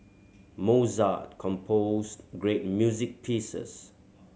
Mozart composed great music pieces